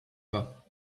pas